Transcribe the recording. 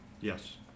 Yes